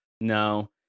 No